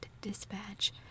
dispatch